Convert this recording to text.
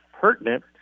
pertinent